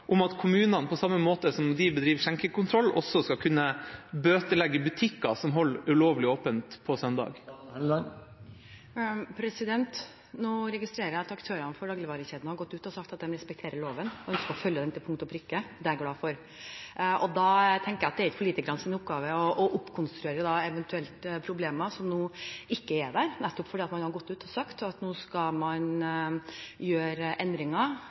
om at kommunene på samme måte som de bedriver skjenkekontroll, også skal kunne bøtelegge butikker som holder ulovlig åpent på søndag? Nå registrerer jeg at aktører i dagligvarekjeden har gått ut og sagt at de respekterer loven og ønsker å følge den til punkt og prikke. Det er jeg glad for. Da tenker jeg at det ikke er politikernes oppgave å oppkonstruere problemer som ikke er der. Man har gått ut og sagt at man nå skal gjøre endringer